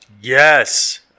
Yes